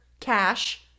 cash